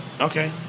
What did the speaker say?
okay